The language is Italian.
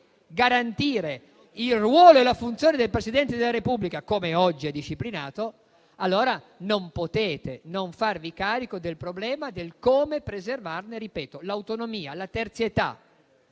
garantire il ruolo e la funzione del Presidente della Repubblica, come oggi è disciplinato, allora non potete non farvi carico del problema di come preservarne l'autonomia e la terzietà.